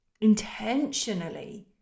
intentionally